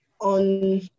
on